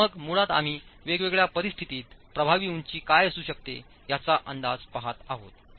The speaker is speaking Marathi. आणि मग मुळात आम्ही वेगवेगळ्या परिस्थितीत प्रभावी उंची काय असू शकते याचा अंदाज पहात आहोत